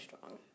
strong